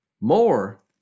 More